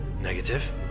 Negative